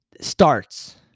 starts